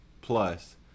plus